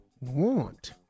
want